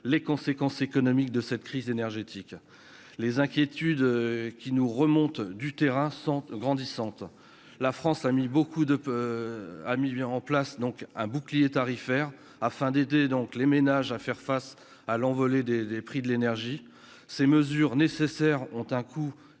les conséquences économiques de cette crise énergétique, les inquiétudes qui nous remonte du terrain sans grandissante, la France a mis beaucoup de peu à mis bien en place, donc un bouclier tarifaire afin d'aider, donc les ménages à faire face à l'envolée des prix de l'énergie, ces mesures nécessaires ont un coût